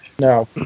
No